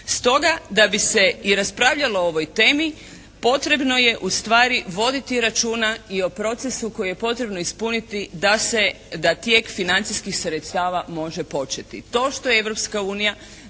Stoga da bi se i raspravljalo o ovoj temi potrebno je ustvari voditi računa i o procesu koji je potrebno ispuniti da tijek financijskih sredstava može početi. To što je Europska donijela